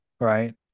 right